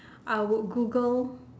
I would google